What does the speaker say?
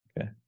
Okay